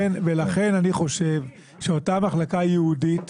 ולכן אני חושב שלאותה מחלקה ייעודית